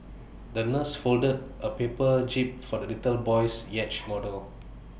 the nurse folded A paper jib for the little boy's yacht model